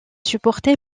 supportée